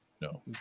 No